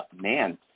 man